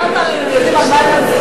תשאל אם הם יודעים על מה הם מצביעים,